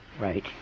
Right